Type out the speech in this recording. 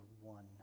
one